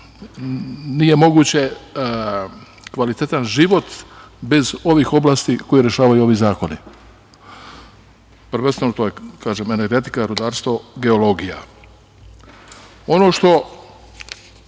nije moguće kvalitetan život bez ovih oblasti koje rešavaju ovi zakoni. Prvenstveno to je energetika, rudarstvo, geologija. Ono što